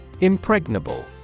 Impregnable